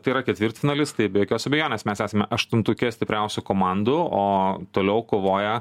tai yra ketvirtfinalis tai be jokios abejonės mes esame aštuntuke stipriausių komandų o toliau kovoja